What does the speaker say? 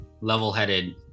level-headed